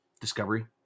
discovery